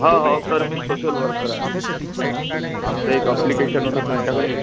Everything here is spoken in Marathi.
हाव हाव सर मी सोशल वर्कर आहे आमचं एक अप्लिकेशन होतं तुमच्याकडे